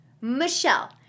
Michelle